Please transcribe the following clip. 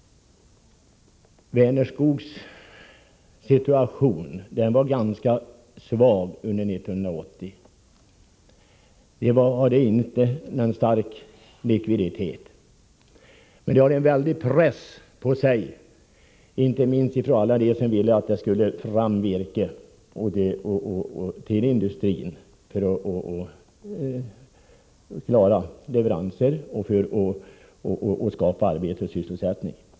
Vänerskogs situation var ganska besvärlig under 1980 och dess likviditet var svag. Men Vänerskog hade en väldig press på sig, inte minst från alla som ville ha fram virke till industrin för att klara leveranserna och skapa sysselsättning.